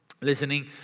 Listening